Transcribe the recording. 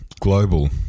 Global